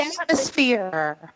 atmosphere